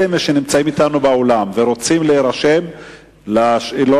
אלה שנמצאים אתנו באולם ורוצים להירשם לשאלות,